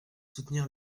soutenir